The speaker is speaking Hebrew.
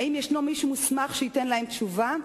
האם יש מישהו מוסמך שייתן להם תשובה?